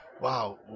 wow